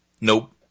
Nope